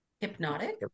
hypnotic